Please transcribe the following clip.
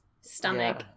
stomach